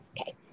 okay